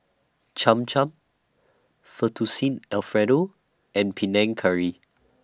Cham Cham Fettuccine Alfredo and Panang Curry